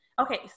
Okay